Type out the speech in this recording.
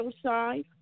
side